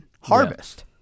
Harvest